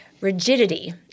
rigidity